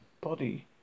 body